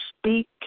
Speak